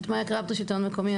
מאיה קרבטרי, שלטון מקומי.